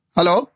Hello